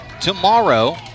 tomorrow